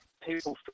people